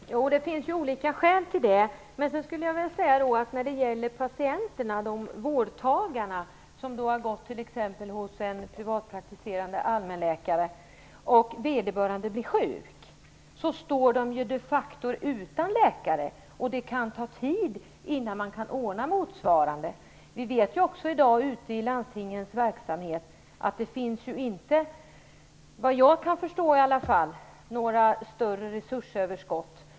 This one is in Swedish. Herr talman! Det finns ju olika skäl till detta. De patienter, vårdtagare, som t.ex. har gått hos en privatpraktiserande allmänläkare som blir sjuk står ju de facto utan läkare. Det kan ta tid innan man kan ordna motsvarande vård. Vi vet ju också att det inte finns några större resursöverskott ute i landstingens verksamhet, åtminstone vad jag kan förstå.